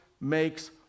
makes